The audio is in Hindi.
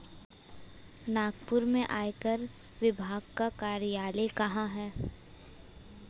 नागपुर में आयकर विभाग का कार्यालय कहाँ है?